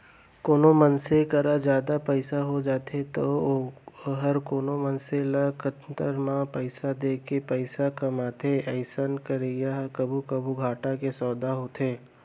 कोनो मनसे करा जादा पइसा हो जाथे तौ वोहर कोनो मनसे ल कन्तर म पइसा देके पइसा कमाथे अइसन करई ह कभू कभू घाटा के सौंदा होथे